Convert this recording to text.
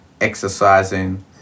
exercising